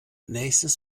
nächstes